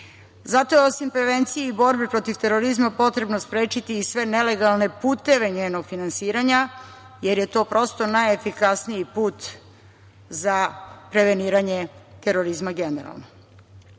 je osim prevencije i borbe protiv terorizma potrebno je sprečiti i sve nelegalne puteve njenog finansiranja, jer je to prosto najefikasniji put za preveniranje terorizma generalno. Ovim